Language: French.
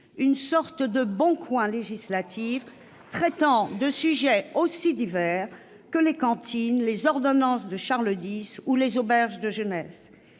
législatif, en quelque sorte traitant de sujets aussi divers que les cantines, les ordonnances de Charles X ou les auberges de jeunesse.